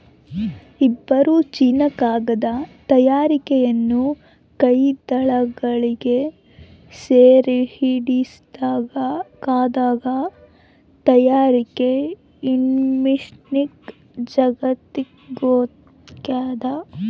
ಇಬ್ಬರು ಚೀನೀಕಾಗದ ತಯಾರಕರನ್ನು ಕೈದಿಗಳಾಗಿ ಸೆರೆಹಿಡಿದಾಗ ಕಾಗದ ತಯಾರಿಕೆ ಇಸ್ಲಾಮಿಕ್ ಜಗತ್ತಿಗೊತ್ತಾಗ್ಯದ